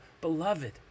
beloved